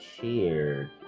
cheered